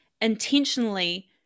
intentionally